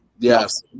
Yes